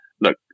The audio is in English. look